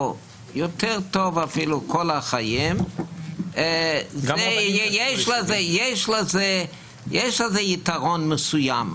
או יותר טוב אפילו כל החיים, יש בזה יתרון מסוים.